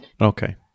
Okay